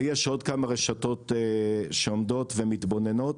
ויש עוד כמה רשתות שעומדות ומתבוננות.